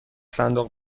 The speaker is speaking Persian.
صندوق